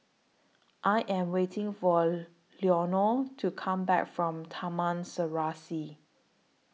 I Am waiting For Leonore to Come Back from Taman Serasi